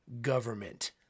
government